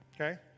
okay